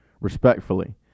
respectfully